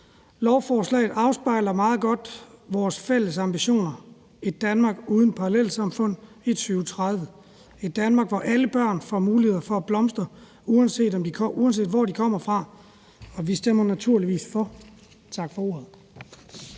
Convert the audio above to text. Lovforslaget afspejler meget godt vores fælles ambitioner, nemlig et Danmark uden parallelsamfund i 2030; et Danmark, hvor alle børn får mulighed for at blomstre, uanset hvor de kommer fra. Og vi stemmer naturligvis for forslaget.